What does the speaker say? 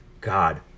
God